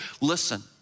Listen